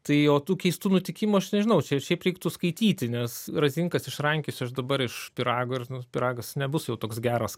tai o tų keistų nutikimų aš nežinau čia šiaip reiktų skaityti nes razinkas išrankiosiu aš dabar iš pyrago ir nu pyragas nebus jau toks geras